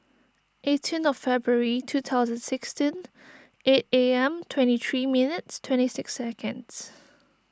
eighteen of February two thousand sixteen eight A M twenty three minutes twenty six seconds